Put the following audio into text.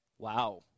Wow